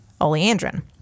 oleandrin